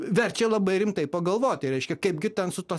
verčia labai rimtai pagalvoti reiškia kaipgi ten su tuo